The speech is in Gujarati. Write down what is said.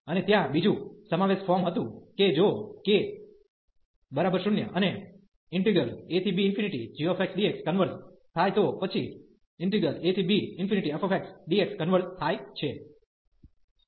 અને ત્યાં બીજું સમાવેશ ફોર્મ હતું કે જો k 0 અને abgxdx કન્વર્ઝ થાય તો પછીabfxdx કન્વર્ઝ થાય છે